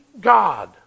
God